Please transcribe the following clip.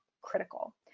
critical